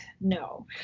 no